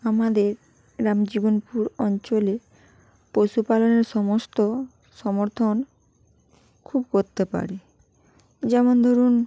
আমাদের রামজীবনপুর অঞ্চলে পশুপালনের সমস্ত সমর্থন খুব করতে পারি যেমন ধরুন